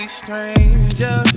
stranger